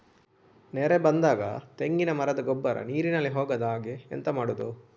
ನೆರೆ ಬಂದಾಗ ತೆಂಗಿನ ಮರದ ಗೊಬ್ಬರ ನೀರಿನಲ್ಲಿ ಹೋಗದ ಹಾಗೆ ಎಂತ ಮಾಡೋದು?